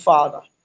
Father